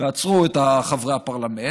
ועצרו את חברי הפרלמנט.